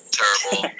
terrible